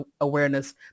awareness